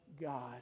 God